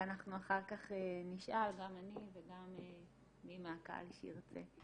ואנחנו אחר כך נשאל, גם אני וגם מי מהקהל שירצה.